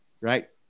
right